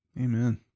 Amen